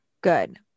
Good